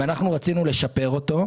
ורצינו לשפר אותו.